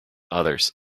others